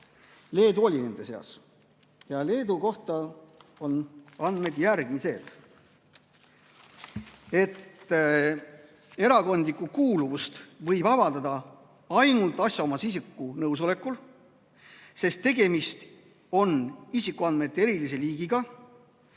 Leedu oli nende seas ja Leedu kohta on andmed järgmised. Erakondlikku kuuluvust võib avaldada ainult asjaomase isiku nõusolekul, sest tegemist on isikuandmete erilise liigiga.